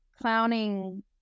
clowning